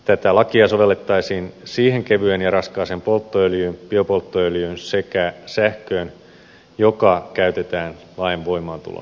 tätä lakia sovellettaisiin siihen kevyeen ja raskaaseen polttoöljyyn biopolttoöljyyn sekä sähköön joka käytetään lain voimaantulon jälkeen